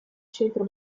centro